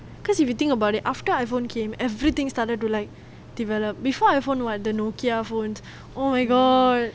because if you think about it after iPhone came everything started to like develop before iPhone like the Nokia phones oh my god